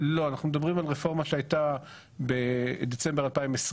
לא, אנחנו מדברים על רפורמה שהייתה בדצמבר 2020,